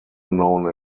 known